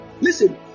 Listen